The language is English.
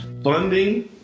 Funding